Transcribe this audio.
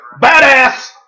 Badass